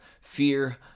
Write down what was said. fear